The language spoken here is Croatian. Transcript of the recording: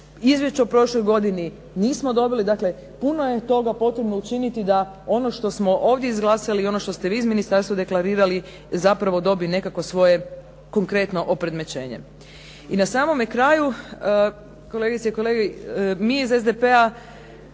izvješće o prošloj godini nismo dobili. Dakle puno je toga potrebno učiniti da ono što smo ovdje izglasali i ono što ste vi iz ministarstva deklarirali zapravo dobije nekako svoje konkretno opredmećenje. I na samome kraju, kolegice i kolege, mi iz SDP-a